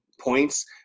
points